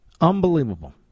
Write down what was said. Unbelievable